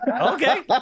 Okay